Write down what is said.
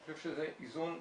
אני חושב שזה איזון נכון.